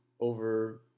over